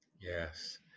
Yes